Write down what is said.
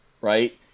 right